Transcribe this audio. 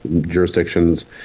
jurisdictions